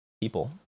people